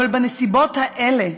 אבל בנסיבות האלה,